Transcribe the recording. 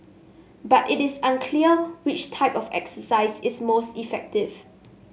but it is unclear which type of exercise is most effective